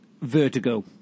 Vertigo